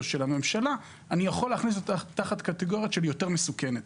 של הממשלה ניתן להכניס אותה תחת קטגוריה של יותר מסוכנת.